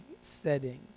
setting